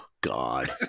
God